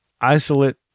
isolate